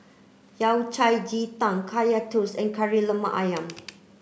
Yao Cai Ji Tang Kaya Toast and Kari Lemak Ayam